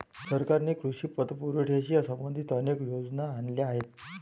सरकारने कृषी पतपुरवठ्याशी संबंधित अनेक योजना आणल्या आहेत